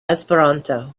esperanto